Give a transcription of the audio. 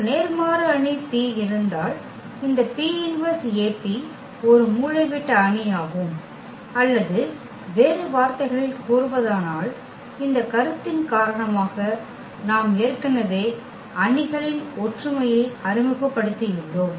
ஒரு நேர்மாறு அணி P இருந்தால் இந்த P−1AP ஒரு மூலைவிட்ட அணி ஆகும் அல்லது வேறு வார்த்தைகளில் கூறுவதானால் இந்த கருத்தின் காரணமாக நாம் ஏற்கனவே அணிகளின் ஒற்றுமையை அறிமுகப்படுத்தியுள்ளோம்